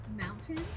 Mountain